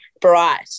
bright